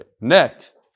Next